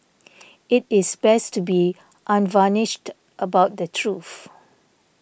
it is best to be unvarnished about the truth